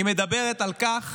היא מדברת על כך